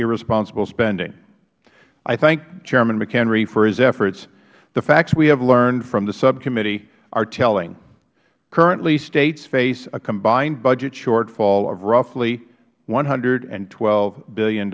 irresponsible spending i thank chairman mchenry for his efforts the facts we have learned from the subcommittee are telling currently states face a combined budget shortfall of roughly one hundred and twelve